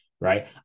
Right